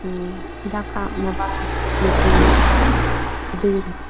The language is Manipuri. ꯎꯝ ꯍꯤꯗꯥꯛ ꯀꯥꯞꯅꯕ ꯃꯦꯆꯤꯟ ꯑꯗꯨꯒꯨꯝꯕ